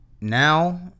now